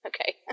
Okay